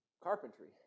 carpentry